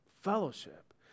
fellowship